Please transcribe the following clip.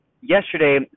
yesterday